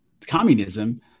communism